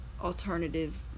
alternative